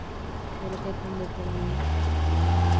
వరకట్నం పెట్టడము